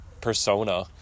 persona